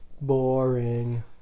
Boring